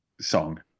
song